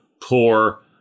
poor